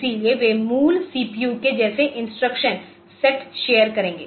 इसलिए वे मूल सीपीयू के जैसे इंस्ट्रक्शन सेट शेयरकरेंगे